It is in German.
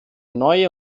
neue